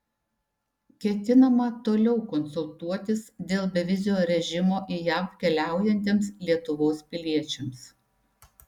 ketinama toliau konsultuotis dėl bevizio režimo į jav keliaujantiems lietuvos piliečiams